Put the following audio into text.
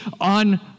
on